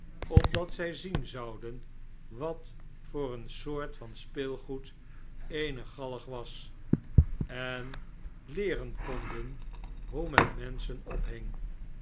opdat zij zien zouden wat voor een soort van speelgced eene galg was en leeren konden hoe men menschen ophing